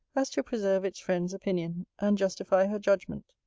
as to preserve its friend's opinion, and justify her judgment.